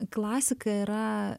klasika yra